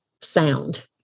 sound